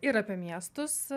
ir apie miestus